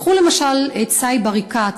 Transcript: קחו למשל את סאיב עריקאת,